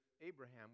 Abraham